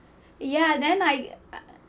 ya then I